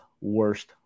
worst